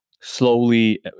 slowly